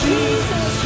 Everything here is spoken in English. Jesus